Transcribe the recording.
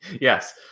Yes